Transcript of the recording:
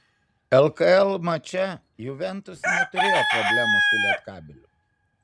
lkl mače juventus neturėjo problemų su lietkabeliu